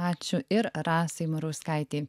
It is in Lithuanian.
ačiū ir rasai murauskaitei